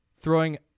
throwing